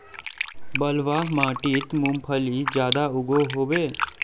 बलवाह माटित मूंगफली ज्यादा उगो होबे?